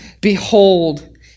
behold